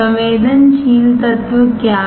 संवेदनशील तत्व क्या है